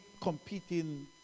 competing